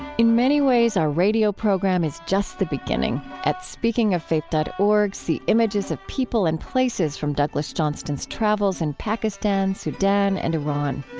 in many ways, our radio program is just the beginning. at speakingoffaith dot org, see images of people and places from douglas johnston's travels in pakistan, sudan, and iran.